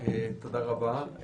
תודה רבה,